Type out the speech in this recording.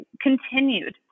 continued